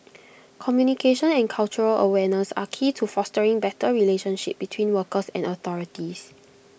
communication and cultural awareness are key to fostering better relationship between workers and authorities